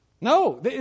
No